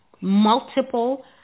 multiple